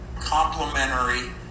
complementary